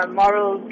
moral